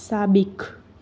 साबिक़ु